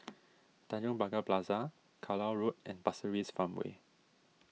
Tanjong Pagar Plaza Carlisle Road and Pasir Ris Farmway